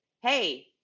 Hey